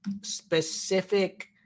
specific